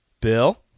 Bill